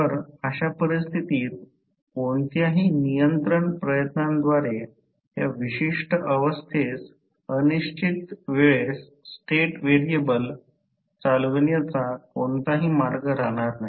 तर अशा परिस्थितीत कोणत्याही नियंत्रण प्रयत्नांद्वारे त्या विशिष्ट अवस्थेस अनिश्चित वेळेस स्टेट व्हेरिएबल चालविण्याचा कोणताही मार्ग राहणार नाही